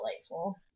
delightful